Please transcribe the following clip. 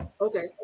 Okay